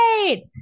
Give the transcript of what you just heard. great